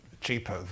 cheaper